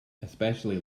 especially